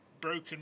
broken